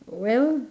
well